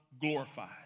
glorified